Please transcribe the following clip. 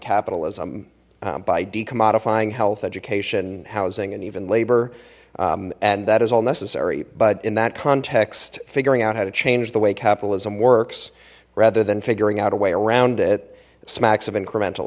capitalism by d commodifying health education housing and even labor and that is all necessary but in that context figuring out how to change the way capitalism works rather than figuring out a way around it smacks of